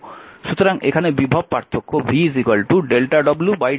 সুতরাং এখানে বিভব পার্থক্য v w q লেখা হচ্ছে